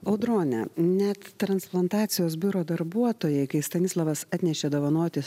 audrone net transplantacijos biuro darbuotojai kai stanislovas atnešė dovanoti